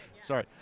Sorry